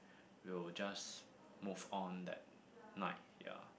will just moved on that night ya